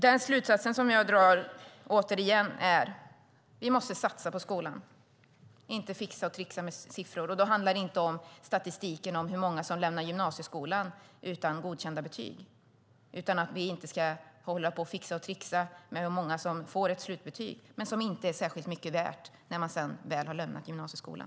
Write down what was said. Den slutsats som jag drar återigen är att vi måste satsa på skolan, inte fixa och tricksa med siffror. Då handlar det inte om statistiken över hur många som lämnar gymnasieskolan utan godkända betyg utan om att vi inte ska hålla på och fixa och tricksa med hur många som får ett slutbetyg som inte är särskilt mycket värt när de väl har lämnat gymnasieskolan.